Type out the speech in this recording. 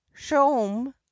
Shom